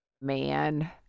Man